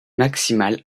maximale